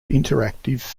interactive